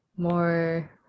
more